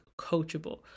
coachable